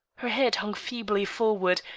her head hung feebly forward,